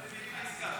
עשיתי איתך עסקה.